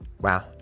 Wow